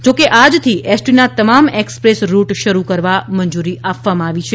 જો કે આજથી એસટીના તમામ એક્સપ્રેસ રૂટ શરૂ કરવા મંજૂરી આપવામાં આવી છે